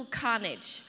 carnage